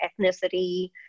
ethnicity